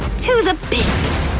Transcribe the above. to the bins!